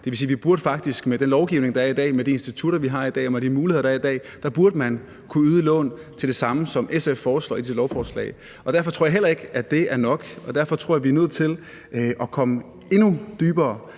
Det vil sige, at med den lovgivning, der er i dag, og med de institutter, vi har i dag, og med de muligheder, der er i dag, burde man faktisk kunne yde lån til det samme, som SF foreslår i det beslutningsforslag. Og derfor tror jeg heller ikke, at det er nok, og derfor tror jeg, at vi er nødt til at komme endnu dybere